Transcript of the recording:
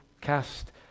cast